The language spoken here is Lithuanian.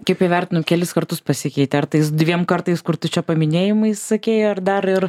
kaip įvertinot kelis kartus pasikeitė ar tais dviem kartais kur tu čia paminėjimais sakei ar dar ir